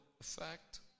effect